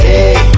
Hey